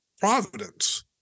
providence